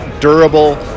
durable